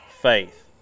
faith